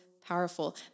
powerful